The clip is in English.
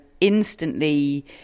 instantly